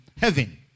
heaven